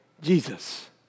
Jesus